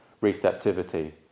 receptivity